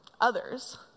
others